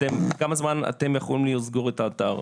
לכמה זמן אתם יכולים לסגור את האתר?